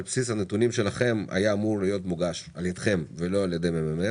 על בסיס הנתונים שלכם היה אמור להיות מוגש על ידכם ולא על ידי הממ"מ.